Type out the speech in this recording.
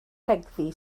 cegddu